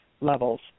levels